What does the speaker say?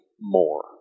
more